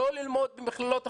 לא ללמוד במכללות החינוך.